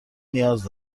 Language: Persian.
نیاز